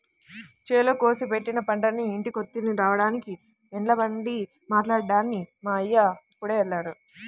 చేలో కోసి పెట్టిన పంటని ఇంటికెత్తుకొని రాడానికి ఎడ్లబండి మాట్లాడ్డానికి మా అయ్య ఇప్పుడే వెళ్ళాడు